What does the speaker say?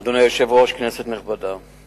אדוני היושב-ראש, כנסת נכבדה,